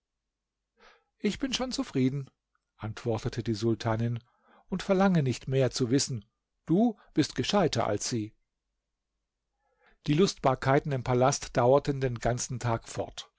ich bin schon zufrieden antwortete die sultanin und verlange nicht mehr zu wissen du bist gescheiter als sie die lustbarkeiten im palast dauerten den ganzen tag fort